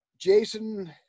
Jason